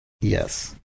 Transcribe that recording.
Yes